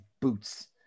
boots